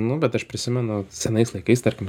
nu bet aš prisimenu senais laikais tarkim